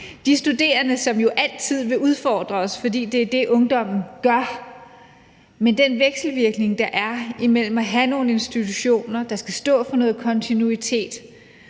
de studerende, som jo altid vil udfordre os, fordi det er det, ungdommen gør. Men den vekselvirkning, der er imellem det at have nogle institutioner, der skal stå for noget kontinuitet,